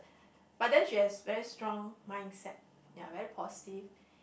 but then she has very strong mindset ya very positive